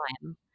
time